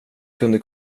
kunde